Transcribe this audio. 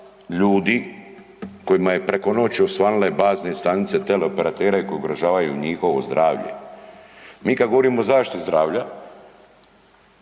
ljudi koji je preko noći osvanule bazne stanice teleoperatera i koje ugrožavaju njihovo zdravlje. Mi kad govorimo o zaštiti zdravlja,